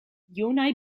junaj